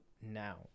now